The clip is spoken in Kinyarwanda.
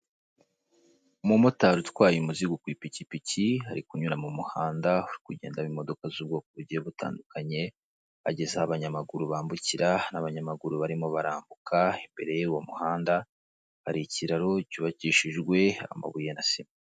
Umumotari utwaye umuzigo ku ipikipiki ari kunyura mu muhanda kugenda mumodoka z'ubwoko bugiye butandukanye ageza abanyamaguru bambukira n'abanyamaguru barimo barambuka imbere y'uwo muhanda hari ikiraro cyubakishijwe amabuye na sima.